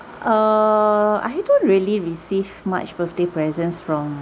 err I don't really receive much birthday presents from